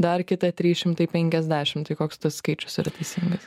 dar kitą trys šimtai penkiasdešim tai koks tas skaičius yra teisingas